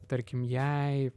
tarkim jei